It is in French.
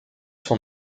son